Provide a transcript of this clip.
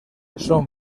són